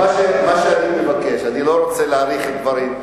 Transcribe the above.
מה שאני מבקש, אני לא רוצה להאריך בדברים.